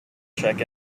check